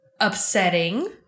upsetting